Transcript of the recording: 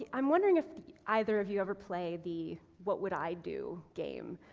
ah i'm wondering if either of you ever played the what would i do game.